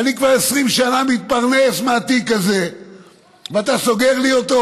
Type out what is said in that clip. אני כבר 20 שנה מתפרנס מהתיק הזה ואתה סוגר לי אותו?